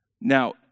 Now